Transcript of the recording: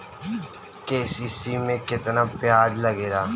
KCC में केतना ब्याज लगेला?